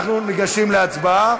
אנחנו ניגשים להצבעה.